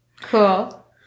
Cool